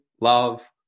love